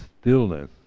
stillness